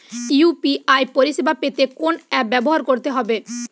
UPI পরিসেবা পেতে কোন অ্যাপ ব্যবহার করতে হবে?